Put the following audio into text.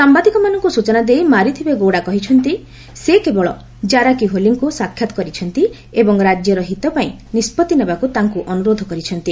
ସାମ୍ବାଦିକମାନଙ୍କୁ ସୂଚନାଦେଇ ମାରିଥିବେ ଗୌଡା କହିଛନ୍ତି ସେ କେବଳ କାରାକି ହୋଲିଙ୍କୁ ସାକ୍ଷାତ କରିଛନ୍ତି ଏବଂ ରାଜ୍ୟର ହିତ ପାଇଁ ନିଷ୍କଭି ନେବାକୁ ତାଙ୍କୁ ଅନୁରୋଧ କରିଛନ୍ତି